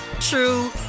true